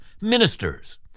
ministers